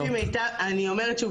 אני אומרת שוב,